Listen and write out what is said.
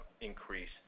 increase